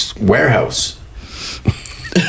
warehouse